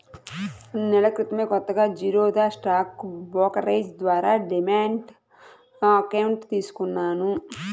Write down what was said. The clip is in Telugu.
రెండు నెలల క్రితమే కొత్తగా జిరోదా స్టాక్ బ్రోకరేజీ ద్వారా డీమ్యాట్ అకౌంట్ తీసుకున్నాను